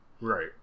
Right